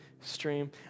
stream